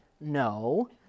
No